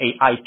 AI